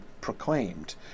proclaimed